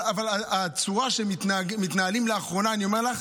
אבל הצורה שבה הם מתנהלים לאחרונה, אני אומר לך,